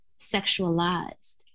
sexualized